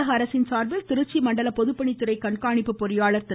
தமிழக அரசின் சார்பில் திருச்சி மண்டல பொதுப்பணித்துறை கண்காணிப்பு பொறியாளர் திரு